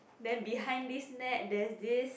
then behind this net there's this